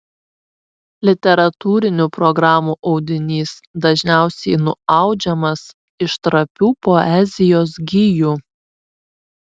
literatūrinių programų audinys dažniausiai nuaudžiamas iš trapių poezijos gijų